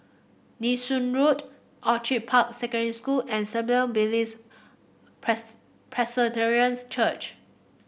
Nee Soon Road Orchid Park Secondary School and Billy's Church